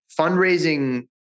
fundraising